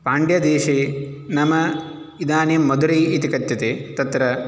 पाण्ड्यदेशे नाम इदानीं मदुरै इति कथ्यते तत्र